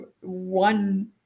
one